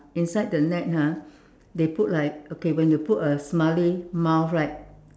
inside the net ah they put like okay when you put a smiley mouth right